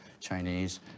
Chinese